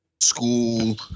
School